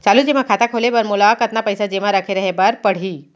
चालू जेमा खाता खोले बर मोला कतना पइसा जेमा रखे रहे बर पड़ही?